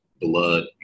blood